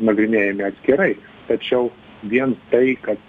nagrinėjami atskirai tačiau vien tai kad